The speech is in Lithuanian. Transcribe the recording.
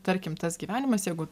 tarkim tas gyvenimas jeigu